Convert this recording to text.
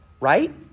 right